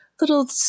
little